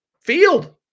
field